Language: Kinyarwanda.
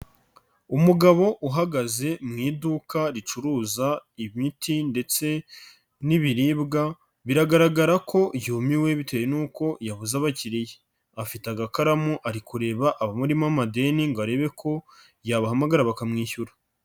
Umugabo uhagaze mu iduka ricuruza imiti ndetse n'ibiribwa, biragaragara ko yumiwe bitewe n'uko ya yavuze abakiriya. Afite agakaramu ari kureba abamurimo amadeni ngo arebe ko yabahamagara bakamwishyura.